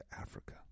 Africa